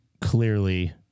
clearly